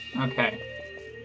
Okay